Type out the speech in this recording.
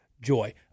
Joy